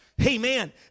Amen